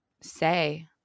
say